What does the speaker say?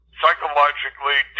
psychologically